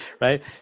Right